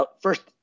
first